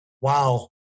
wow